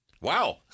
Wow